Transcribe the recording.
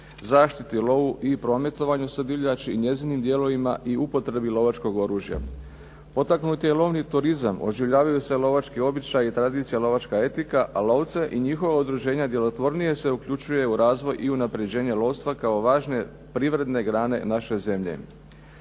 zaštiti, lovu i prometovanju sa divljači i njezinim dijelovima i upotrebi lovačkog oružja. Potaknut je i lovni turizam. Oživljavaju se lovački običaji, tradicija, lovačka etika, a lovce i njihova udruženja djelotvornije se uključuje u razvoj i unapređenje lovstva kao važne privredne grane naše zemlje.